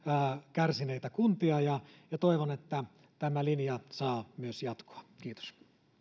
kärsineitä kuntia ja ja toivon että tämä linja saa myös jatkoa kiitos